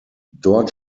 dort